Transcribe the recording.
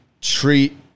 treat